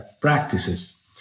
practices